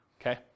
okay